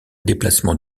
déplacement